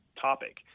topic